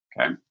Okay